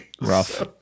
Rough